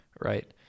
Right